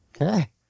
Okay